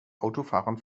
autofahrern